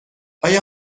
آیا